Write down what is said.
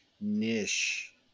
niche